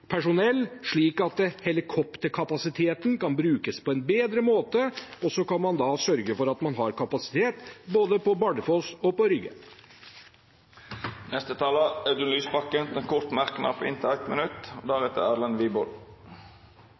slik at helikopterkapasiteten kan brukes på en bedre måte, og så kan man sørge for at man har kapasitet både på Bardufoss og på Rygge. Representanten Audun Lysbakken har hatt ordet to gonger tidlegare og får ordet til ein kort merknad, avgrensa til 1 minutt.